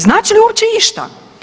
Znači li uopće išta?